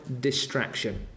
distraction